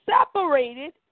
separated